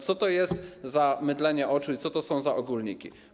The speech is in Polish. Co to jest za mydlenie oczu i co to są za ogólniki?